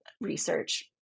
research